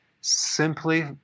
simply